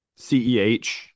CEH